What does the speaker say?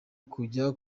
kujya